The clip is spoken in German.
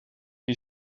die